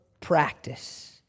practice